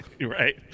Right